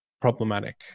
problematic